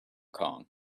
kong